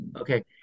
Okay